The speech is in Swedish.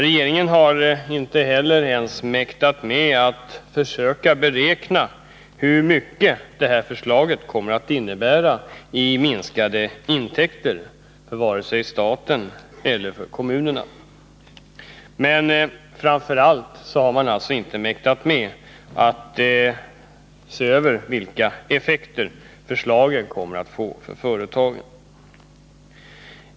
Regeringen har inte ens mäktat med att försöka beräkna hur stora summor i minskade intäkter detta förslag kommer att medföra, varken för staten eller för kommunerna. Men framför allt har regeringen inte mäktat med att se efter vilka effekter förslaget kommer att få för företagen.